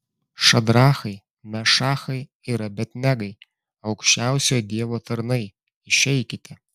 šadrachai mešachai ir abed negai aukščiausiojo dievo tarnai išeikite